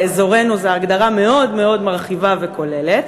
באזורנו זו הגדרה מאוד מרחיבה וכוללת,